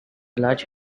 large